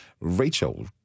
rachel